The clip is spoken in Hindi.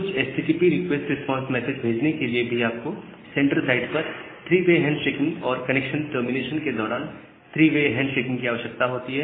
कुछ एचटीटीपी रिक्वेस्ट रिस्पांस मैसेज भेजने के लिए भी आप को सेंडर साइड पर 3 वे हैंड शेकिंग और कनेक्शन टर्मिनेशन के दौरान 3 वे हैंड शेकिंग की आवश्यकता होती है